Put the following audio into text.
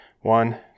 one